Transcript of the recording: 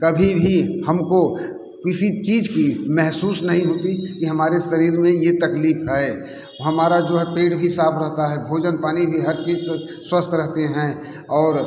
कभी भी हमको किसी चीज की महसूस नहीं होती कि हमारे शरीर में ये तकलीफ है हमारा जो है पेट भी साफ रहता है भोजन पानी भी हर चीज स्वस्थ रहते हैं और